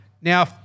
Now